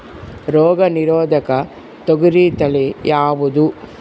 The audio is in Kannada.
ರೋಗ ನಿರೋಧಕ ತೊಗರಿ ತಳಿ ಯಾವುದು?